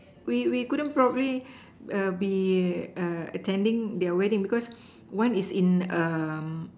we we couldn't probably be attending their wedding because one is in